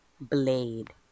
Blade